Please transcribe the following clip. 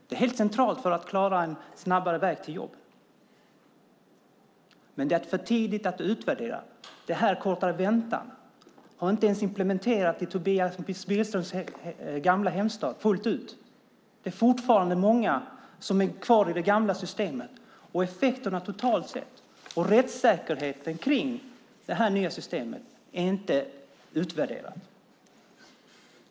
Det är helt centralt för att klara en snabbare väg till jobb. Men det är för tidigt att utvärdera. Detta med kortare väntan har inte ens fullt ut implementerats i Tobias Billströms gamla hemstad. Det är fortfarande många som är kvar i det gamla systemet. Effekterna totalt sett och rättssäkerheten kring detta nya system är inte utvärderat.